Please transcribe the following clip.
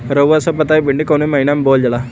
रउआ सभ बताई भिंडी कवने महीना में बोवल जाला?